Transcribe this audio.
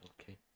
okay